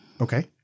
Okay